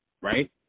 right